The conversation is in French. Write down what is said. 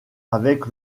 avec